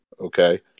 Okay